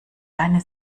deine